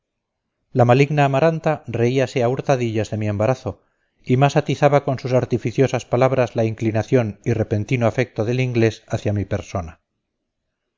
la maligna amaranta reíase a hurtadillas de mi embarazo y más atizaba con sus artificiosas palabras la inclinación y repentino afecto del inglés hacia mi persona